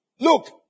Look